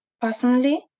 personally